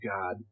God